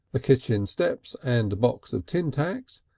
ah kitchen steps and a box of tin-tacks,